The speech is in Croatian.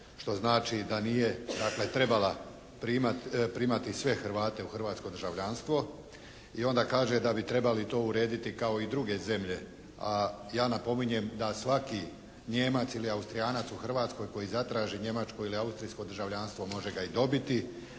što znači da nije dakle, trebala primati sve Hrvate u hrvatsko državljanstvo. I onda kaže da bi trebali to urediti kao i druge zemlje. A ja napominjem, da svaki Nijemac ili Austrijanac u Hrvatskoj koji zatraži njemačko ili austrijsko državljanstvo može ga i dobiti.